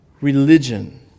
religion